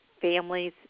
families